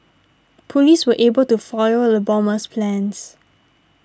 police were able to foil the bomber's plans